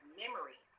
memory